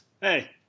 Hey